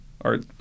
Art